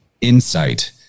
insight